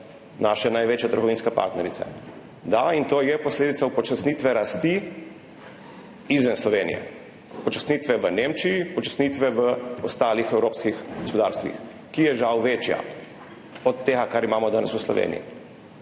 naše največje trgovinske partnerice. Da. In to je posledica upočasnitve rasti izven Slovenije, upočasnitve v Nemčiji, upočasnitve v ostalih evropskih gospodarstvih, ki je žal večja od tega, kar imamo danes v Sloveniji.